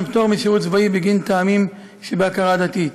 פטור משירות צבאי בגין טעמים שבהכרה דתית.